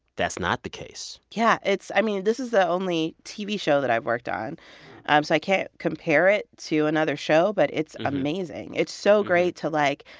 that's not the case yeah. it's i mean, this is the only tv show that i've worked on um so i can't compare it to another show, but it's amazing. it's so great to, like,